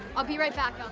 i'll be right back,